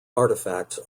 artifacts